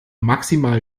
maximal